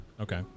Okay